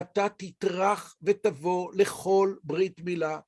אתה תטרח ותבוא לכל ברית מילה.